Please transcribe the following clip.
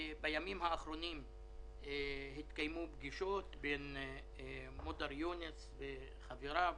בימים האחרונים התקיימו פגישות בין מודר יונס וחבריו